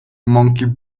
monkey